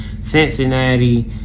Cincinnati